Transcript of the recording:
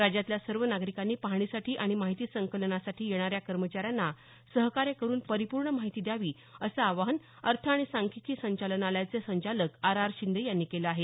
राज्यातल्या सर्व नागरिकांनी पाहणीसाठी आणि माहिती संकलनासाठी येणाऱ्या कर्मचाऱ्यांना सहकार्य करून परिपूर्ण माहिती द्यावी असं आवाहन अर्थ आणि सांख्यिकी संचालनालयाचे संचालक आर आर शिंदे यांनी केलं आहे